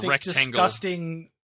disgusting